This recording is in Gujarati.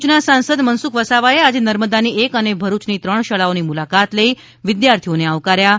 ભરૂચના સાંસદ મનસુખ વસાવાએ આજે નર્મદાની એક અને ભરૂચની ત્રણ શાળાઓની મુલાકાત લઈ વિદ્યાર્થીઓને આવકાર્ય હતા